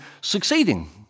succeeding